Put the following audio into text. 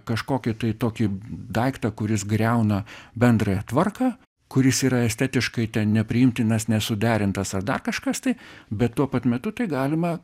kažkokį tai tokį daiktą kuris griauna bendrąją tvarką kuris yra estetiškai nepriimtinas nesuderintas ar dar kažkas tai bet tuo pat metu tai galima